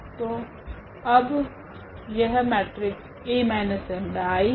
तो अब यह मेटरिक्स A 𝜆I है